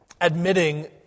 admitting